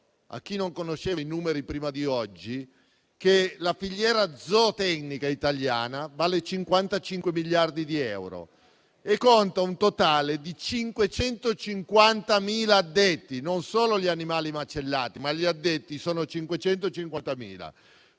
a chi non conosceva i numeri prima di oggi che la filiera zootecnica italiana vale 55 miliardi di euro e conta un totale di 550.000 addetti; non ci sono solo animali macellati, ma anche addetti che - lo